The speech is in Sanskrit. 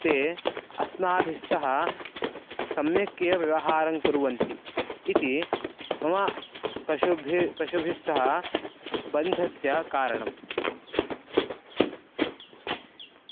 ते अस्माभिस्सह सम्यक् एव व्यवहारङ्कुर्वन्ति इति मम पशुभिः पशुभिः सह बन्धस्य कारणं